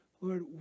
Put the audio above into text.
Lord